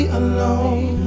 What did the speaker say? alone